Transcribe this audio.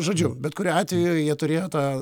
žodžiu bet kuriuo atveju jie turėjo tą